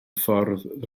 ffordd